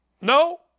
No